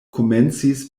komencis